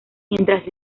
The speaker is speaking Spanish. mientras